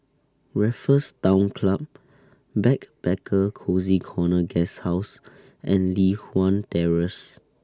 Raffles Town Club Backpacker Cozy Corner Guesthouse and Li Hwan Terrace